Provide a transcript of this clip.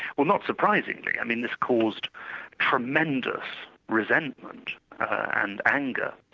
well not surprisingly, i mean this caused tremendous resentment and anger,